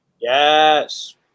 Yes